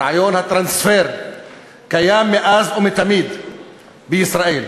רעיון הטרנספר קיים מאז ומתמיד בישראל,